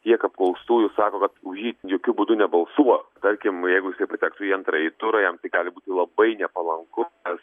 tiek apklaustųjų sako kad už jį jokiu būdu nebalsuot tarkim jeigu jisai patektų į antrąjį turą jam tai gali būti labai nepalanku ar